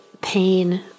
pain